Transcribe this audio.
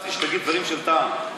שחשבתי שתגיד דברים של טעם.